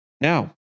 now